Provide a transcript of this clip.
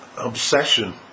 obsession